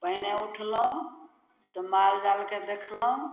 पहिने उठलहुँ तऽ मालजालके देखलहुँ